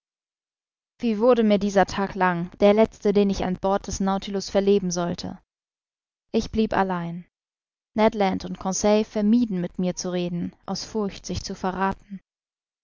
wie wurde mir dieser tag lang der letzte den ich an bord des nautilus verleben sollte ich blieb allein ned land und conseil vermieden mit mir zu reden aus furcht sich zu verrathen